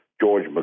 George